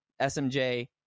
SMJ